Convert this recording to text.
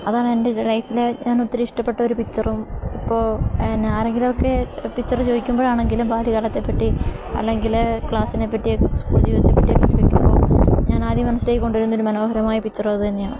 അതാണെൻ്റെ ലൈഫിലെ ഞാനൊത്തിരി ഇഷ്ടപ്പെട്ട ഒരു പിക്ച്ചറും ഇപ്പോളെന്താണ് ആരെങ്കിലുമൊക്കെ പിക്ച്ചര് ചോദിക്കുമ്പോഴാണെങ്കിലും ബാല്യകാലത്തെപ്പറ്റി അല്ലെങ്കില് ക്ലാസിനെപ്പറ്റിയൊക്കെ സ്കൂൾ ജീവിതത്തെപ്പറ്റിയൊക്കെ ചോദിക്കുമ്പോള് ഞാനാദ്യം മനസ്സിലേക്ക് കൊണ്ടുവരുന്നൊരു മനോഹരമായ പിക്ച്ചറുമതുതന്നെയാണ്